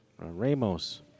Ramos